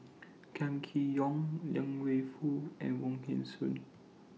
Kam Kee Yong Liang Wenfu and Wong Hong Suen